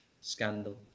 scandal